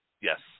yes